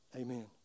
Amen